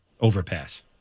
overpass